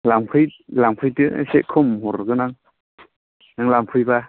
लांफै लांफैदो एसे कमनि हरगोन आं नों लांफैनबा